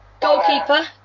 Goalkeeper